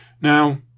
Now